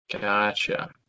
gotcha